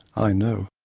i know.